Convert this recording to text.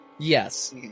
Yes